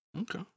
Okay